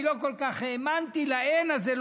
אני לא כל כך האמנתי ל"אין" הזה.